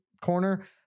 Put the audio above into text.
corner